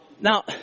Now